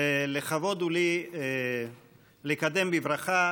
לכבוד הוא לי לקדם בברכה,